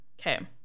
Okay